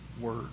word